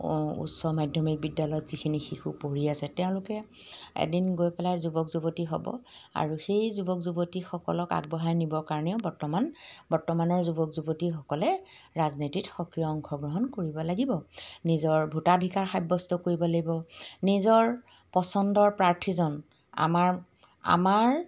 উচ্চ মাধ্যমিক বিদ্যালয়ত যিখিনি শিশু পঢ়ি আছে তেওঁলোকে এদিন গৈ পেলাই যুৱক যুৱতী হ'ব আৰু সেই যুৱক যুৱতীসকলক আগবঢ়াই নিবৰ কাৰণেও বৰ্তমান বৰ্তমানৰ যুৱক যুৱতীসকলে ৰাজনীতিত সক্ৰিয় অংশগ্ৰহণ কৰিব লাগিব নিজৰ ভোটাধিকাৰ সাব্যস্ত কৰিব লাগিব নিজৰ পচন্দৰ প্ৰাৰ্থীজন আমাৰ আমাৰ